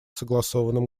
согласованным